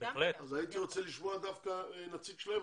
לכן הייתי רוצה לשמוע דווקא נציג שלהם,